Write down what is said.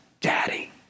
daddy